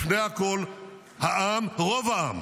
לפני הכול העם, רוב העם